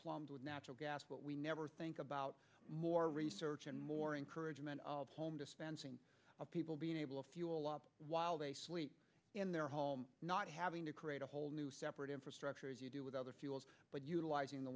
plumbed with natural gas but we never think about more research and more encouragement of home dispensing of people being able to fuel up while they sleep in their home not having to create a whole new separate infrastructure as you do with other fuels but utilizing the